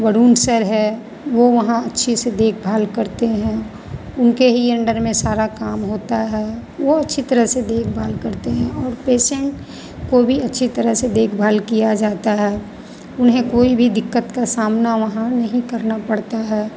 Varun sir हैं वो वहाँ अच्छे से देखभाल करते हैं उनके ही अंडर में सारा काम होता है वो अच्छी तरह से देखभाल करते हैं और पेशेंट को भी अच्छी तरह से देखभाल किया जाता है उन्हें कोई भी दिक्कत का सामना वहाँ नहीं करना पड़ता है